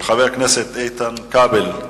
של חבר הכנסת איתן כבל,